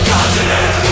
Continent